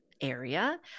area